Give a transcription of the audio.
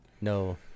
no